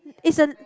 it's a